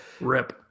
Rip